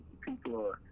people